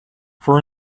for